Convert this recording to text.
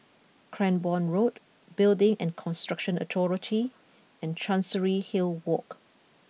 Cranborne Road Building and Construction Authority and Chancery Hill Walk